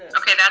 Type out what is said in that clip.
okay, that's